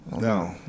No